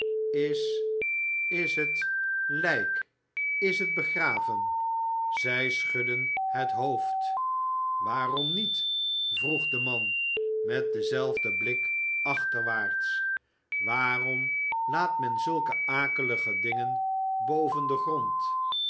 is is het lijk is het begraven zij schudden het hoofd waarom niet vroeg de man met denzelfden blik achterwaarts waarom laat men zulke akelige dingen boven den grond